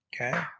Okay